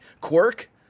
Quirk